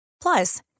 Plus